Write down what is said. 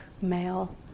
male